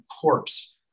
corpse